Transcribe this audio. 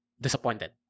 disappointed